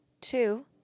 Two